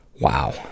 Wow